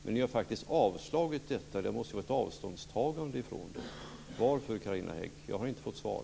Men ni har faktiskt avslagit detta. Det måste ju vara fråga om ett avståndstagande. Varför, Carina Hägg? Jag har inte fått svar.